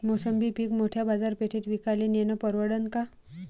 मोसंबी पीक मोठ्या बाजारपेठेत विकाले नेनं परवडन का?